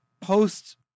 post